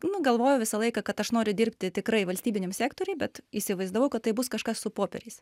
nu galvojau visą laiką kad aš noriu dirbti tikrai valstybiniam sektoriuj bet įsivaizdavau kad tai bus kažkas su popieriais